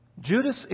Judas